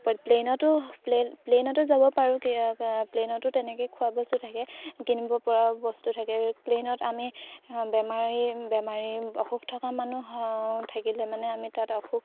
প্লেইনতো plain প্লেইনতো যাব পাৰোঁ প্লেইনতো তেনেকৈ খোৱা বস্তু থাকে কিনিব পৰা বস্তু থাকে প্লেইনত আমি বেমাৰী বেমাৰী অসুখ থকা মানুহ থাকিলে মানে আমি তাত অসুখ